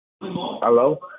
Hello